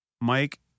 Mike